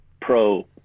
pro